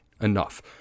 enough